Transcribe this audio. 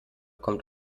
kommt